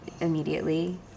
immediately